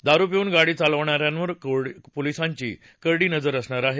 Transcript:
दारू पिऊन गाडी चालवणाऱ्यांवर पोलिसांची करडी नजर असणार आहे